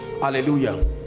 hallelujah